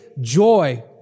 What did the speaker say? joy